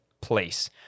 place